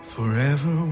Forever